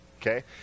Okay